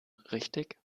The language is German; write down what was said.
richtig